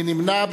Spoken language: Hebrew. מי נמנע?